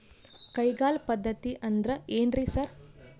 ಕೈಗಾಳ್ ಪದ್ಧತಿ ಅಂದ್ರ್ ಏನ್ರಿ ಸರ್?